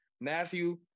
Matthew